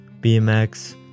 BMX